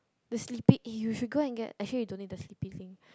the sleepy eh you should go and get actually you don't need the sleepy thing